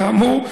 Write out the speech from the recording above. כאמור,